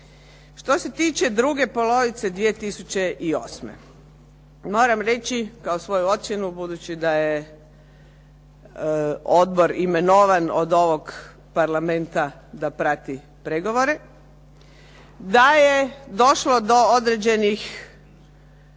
Što će tiče druge polovice 2008., moram reći kao svoju ocjenu, budući da je odbor imenovan od ovog parlamenta da prati pregovore da je došlo do određenih